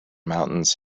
mountains